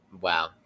Wow